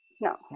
No